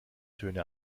töne